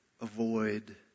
avoid